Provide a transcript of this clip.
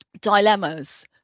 dilemmas